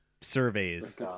surveys